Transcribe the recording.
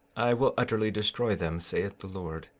i will utterly destroy them, saith the lord,